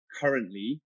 currently